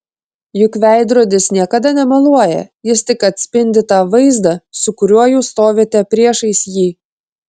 juk veidrodis niekada nemeluoja jis tik atspindi tą vaizdą su kuriuo jūs stovite priešais jį